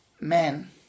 men